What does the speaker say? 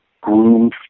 groomed